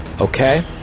Okay